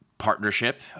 partnership